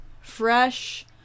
fresh